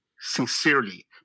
sincerely